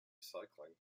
cycling